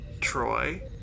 Troy